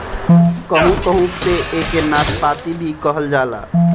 कहू कहू पे एके नाशपाती भी कहल जाला